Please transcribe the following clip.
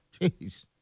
Jeez